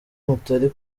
mutari